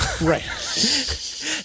Right